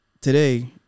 Today